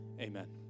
Amen